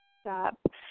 stop